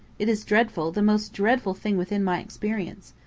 it is dreadful the most dreadful thing within my experience.